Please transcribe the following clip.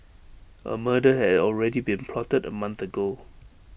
A murder had already been plotted A month ago